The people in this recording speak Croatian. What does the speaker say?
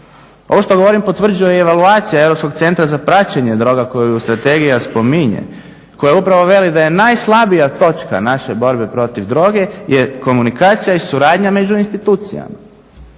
Ovo što govorim, potvrđuje i evaluacija Europskog centar za praćenje droga koju strategija spominje, koja upravo veli da je najslabija točka naše borbe protiv droge je komunikacija i suradnja među institucijama.